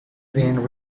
been